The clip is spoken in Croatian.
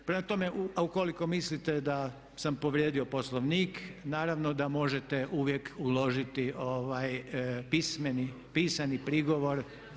Prema tome, a ukoliko mislite da sam povrijedio Poslovnik naravno da možete uvijek uložiti pisani prigovor.